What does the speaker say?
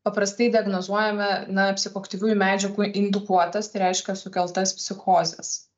paprastai diagnozuojame na psichoaktyviųjų medžiagų indukuotas tai reiškia sukeltas psichozes